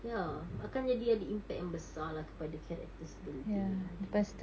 ya akan jadi ada impact yang besar lah kepada characters building macam tu